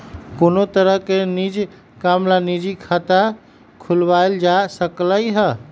कोनो तरह के निज काम ला निजी खाता खुलवाएल जा सकलई ह